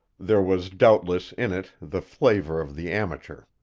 there was doubtless in it the flavor of the amateur.